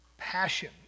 passion